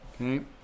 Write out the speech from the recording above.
Okay